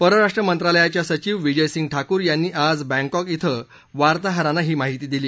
परराष्ट्र मंत्रालयाचे सचिव विजय सिंग ठाकूर यांनी आज बँकॉक श्रे वार्ताहरांना ही माहिती दिली